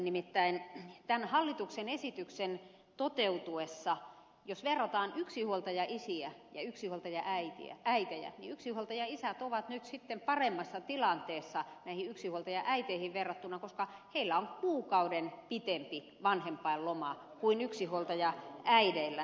nimittäin tämän hallituksen esityksen toteutuessa jos verrataan yksinhuoltajaisiä ja yksinhuoltajaäitejä yksinhuoltajaisät ovat nyt sitten paremmassa tilanteessa näihin yksinhuoltajaäiteihin verrattuna koska heillä on kuukauden pitempi vanhempainloma kuin yksinhuoltajaäideillä